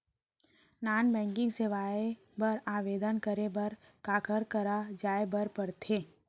non banking सेवाएं बर आवेदन करे बर काखर करा जाए बर परथे